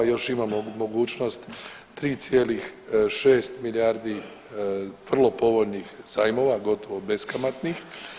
Još imamo mogućnost 3,6 milijardi vrlo povoljnih zajmova, gotovo beskamatnih.